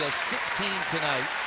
sixteen tonight.